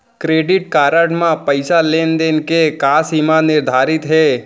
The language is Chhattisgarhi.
क्रेडिट कारड म पइसा लेन देन के का सीमा निर्धारित हे?